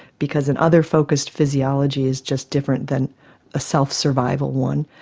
because an other-focused physiology is just different than a self-survival one.